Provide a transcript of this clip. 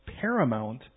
paramount